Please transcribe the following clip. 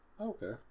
Okay